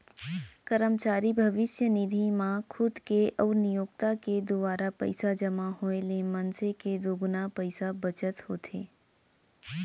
करमचारी भविस्य निधि म खुद के अउ नियोक्ता के दुवारा पइसा जमा होए ले मनसे के दुगुना पइसा बचत होथे